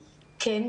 כן,